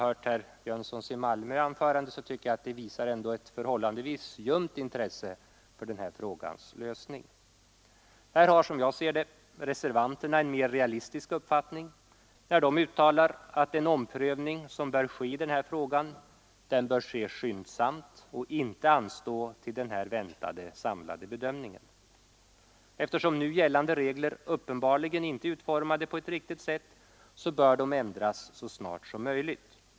Herr Jönssons i Malmö anförande visar dock ett förhållandevis ljumt intresse för detta problems lösning. Här har, som jag ser det, reservanterna en mer realistisk uppfattning, när de uttalar att den omprövning som bör göras i denna fråga bör ske skyndsamt och inte anstå till den väntade samlade bedömningen. Eftersom nu gällande regler uppenbarligen inte är utformade på ett riktigt sätt, bör dessa ändras så snart som möjligt.